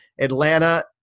Atlanta